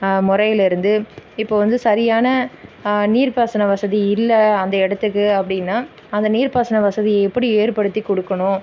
முறையிலருந்து இப்போ வந்து சரியான நீர்ப்பாசன வசதி இல்லை அந்த இடத்துக்கு அப்படின்னா அந்த நீர்ப்பாசன வசதியை எப்படி ஏற்படுத்தி கொடுக்கணும்